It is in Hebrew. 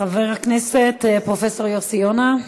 חבר הכנסת פרופסור יוסי יונה,